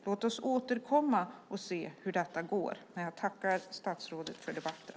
Låt oss återkomma och se hur detta går. Jag tackar statsrådet för debatten.